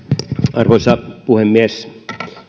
arvoisa puhemies